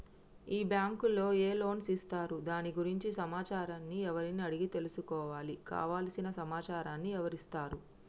ఈ బ్యాంకులో ఏ లోన్స్ ఇస్తారు దాని గురించి సమాచారాన్ని ఎవరిని అడిగి తెలుసుకోవాలి? కావలసిన సమాచారాన్ని ఎవరిస్తారు?